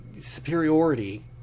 superiority